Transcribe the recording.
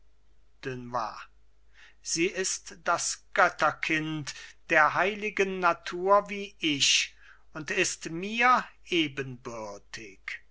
dunois sie ist das götterkind der heiligen natur wie ich und ist mir ebenbürtig